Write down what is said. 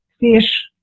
fish